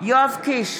יואב קיש,